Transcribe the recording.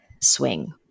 swing